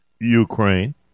Ukraine